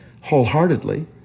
wholeheartedly